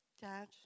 dad